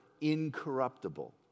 incorruptible